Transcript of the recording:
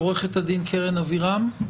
עו"ד קרן אבירם,